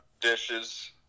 Dishes